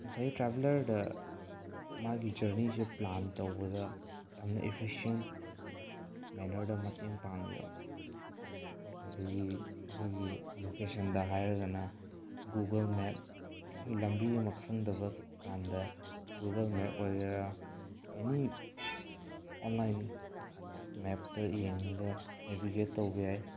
ꯉꯁꯥꯏꯒꯤ ꯇ꯭ꯔꯥꯕꯦꯂꯔꯗ ꯃꯥꯒꯤ ꯖꯔꯅꯤꯁꯨ ꯄ꯭ꯂꯥꯟ ꯇꯧꯕꯗ ꯌꯥꯝꯅ ꯏꯐꯤꯁꯦꯟ ꯃꯦꯅꯔꯗ ꯃꯇꯦꯡ ꯄꯥꯡꯉꯤꯕ ꯑꯗꯨꯒꯤ ꯑꯩꯈꯣꯏꯒꯤ ꯂꯣꯀꯦꯁꯟꯗ ꯍꯥꯏꯔꯒꯅ ꯒꯨꯒꯜ ꯃꯦꯞ ꯑꯩꯈꯣꯏ ꯂꯝꯕꯤ ꯑꯃ ꯈꯪꯗꯕ ꯀꯥꯟꯗ ꯒꯨꯒꯜ ꯃꯦꯞ ꯑꯣꯏꯒꯦꯔꯥ ꯑꯦꯅꯤ ꯑꯣꯟꯂꯥꯏꯟ ꯃꯦꯞꯇ ꯌꯦꯡꯉꯒ ꯅꯦꯚꯤꯒꯦꯠ ꯇꯧꯕ ꯌꯥꯏ